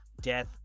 death